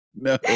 no